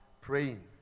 praying